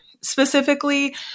specifically